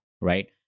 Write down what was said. right